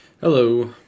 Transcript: Hello